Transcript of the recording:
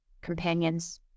companions